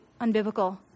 unbiblical